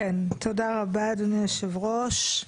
תודה רבה אדוני היושב-ראש.